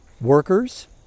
workers